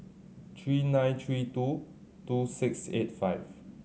three nine three two two six eight five